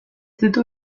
ditu